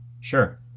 sure